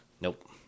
Nope